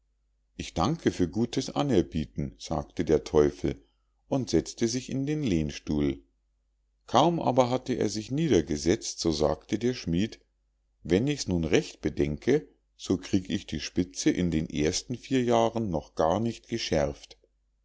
ich danke für gutes anerbieten sagte der teufel und setzte sich in den lehnstuhl kaum aber hatte er sich niedergesetzt so sagte der schmied wenn ich's nun recht bedenke so krieg ich die spitze in den ersten vier jahren noch gar nicht geschärft